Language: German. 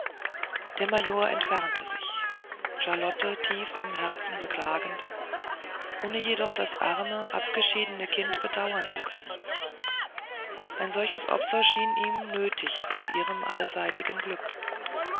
der major entfernte sich charlotten tief im herzen beklagend ohne jedoch das arme abgeschiedene kind bedauern zu können ein solches opfer schien ihm nötig zu ihrem allseitigen glück